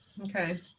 Okay